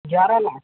ग्यारह लाख